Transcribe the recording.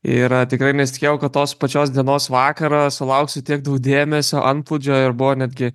ir tikrai nesitikėjau kad tos pačios dienos vakarą sulauksiu tiek daug dėmesio antplūdžio ir buvo netgi